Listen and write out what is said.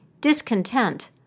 discontent